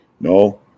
No